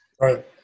Right